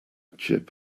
chip